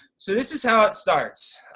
so this is how it starts.